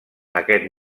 aquest